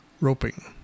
roping